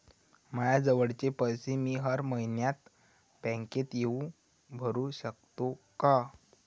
मायाजवळचे पैसे मी हर मइन्यात बँकेत येऊन भरू सकतो का?